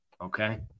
okay